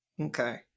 Okay